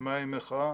מהי מחאה